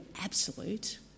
absolute